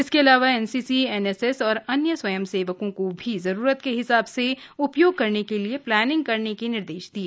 इसके अलावा NCC NSS और अन्य स्वयंसेवकों को भी जरूरत के हिसाब से उपयोग करने के लिए प्लानिंग करने के निर्देश लिए